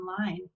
online